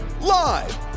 live